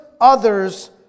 others